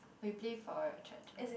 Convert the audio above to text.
oh you play for your church